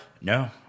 No